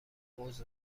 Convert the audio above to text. عذر